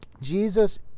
Jesus